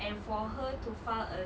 and for her to file a